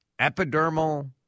Epidermal